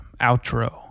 outro